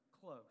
close